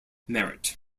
merit